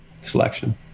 selection